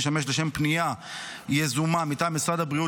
ישמש לשם פנייה יזומה מטעם משרד הבריאות